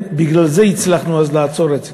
ובגלל זה הצלחנו אז לעצור את זה.